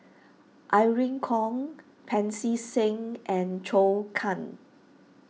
Irene Khong Pancy Seng and Zhou Can